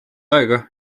aega